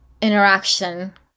interaction